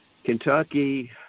Kentucky